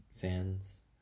fans